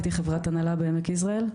הייתי חברת הנהלה בעמק יזרעאל,